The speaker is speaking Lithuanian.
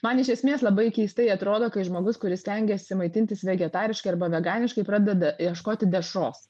man iš esmės labai keistai atrodo kai žmogus kuris stengiasi maitintis vegetariškai arba veganiškai pradeda ieškoti dešros